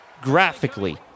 Graphically